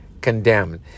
condemned